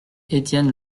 etienne